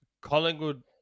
Collingwood